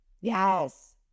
yes